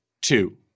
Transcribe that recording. two